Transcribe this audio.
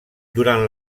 durant